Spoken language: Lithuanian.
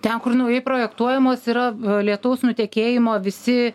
ten kur naujai projektuojamos yra lietaus nutekėjimo visi